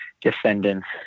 Descendants